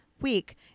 week